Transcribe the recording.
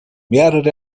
mehrere